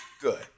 good